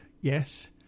yes